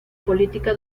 política